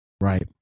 right